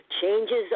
changes